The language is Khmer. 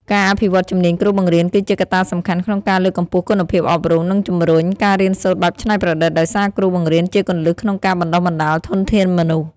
ការអភិវឌ្ឍន៍ជំនាញគ្រូបង្រៀនគឺជាកត្តាសំខាន់ក្នុងការលើកកម្ពស់គុណភាពអប់រំ និងជំរុញការរៀនសូត្របែបច្នៃប្រឌិត ដោយសារគ្រូបង្រៀនជាគន្លឹះក្នុងការបណ្តុះបណ្តាលធនធានមនុស្ស។